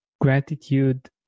gratitude